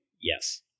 Yes